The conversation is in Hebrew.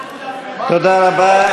תודה רבה.